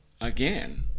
again